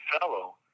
fellow